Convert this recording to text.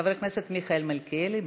חבר הכנסת מיכאל מלכיאלי,